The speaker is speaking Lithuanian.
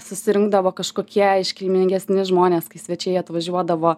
susirinkdavo kažkokie iškilmingesni žmonės kai svečiai atvažiuodavo